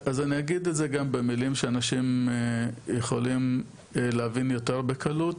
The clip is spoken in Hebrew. אז אני אגיד את זה גם במילים שאנשים יכולים להבין יותר בקלות,